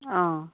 অঁ